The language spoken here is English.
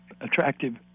attractive